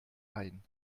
ein